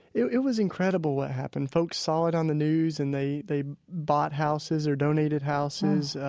it it was incredible, what happened. folks saw it on the news. and they they bought houses or donated houses.